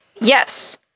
Yes